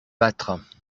battre